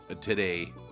today